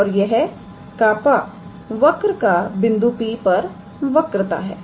और यह कापा वक्र का बिंदु P पर वक्रता है